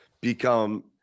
become